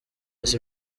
ese